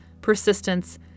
persistence